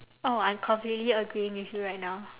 oh I'm completely agreeing with you right now